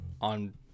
on